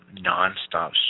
non-stop